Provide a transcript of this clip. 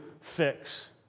fix